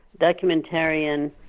documentarian